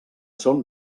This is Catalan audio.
són